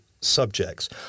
subjects